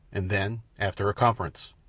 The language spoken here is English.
and then, after a conference,